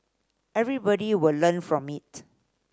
everybody will learn from it